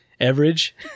average